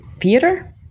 theater